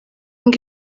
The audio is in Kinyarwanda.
ngo